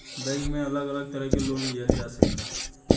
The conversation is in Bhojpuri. बैक में अलग अलग तरह के लोन लिहल जा सकता